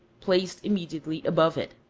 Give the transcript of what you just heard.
placed immediately above it.